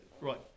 right